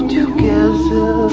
together